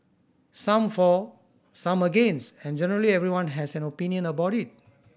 some for some against and generally everyone has an opinion about it